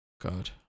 God